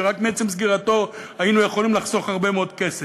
שרק מעצם סגירתו היינו יכולים לחסוך הרבה מאוד כסף.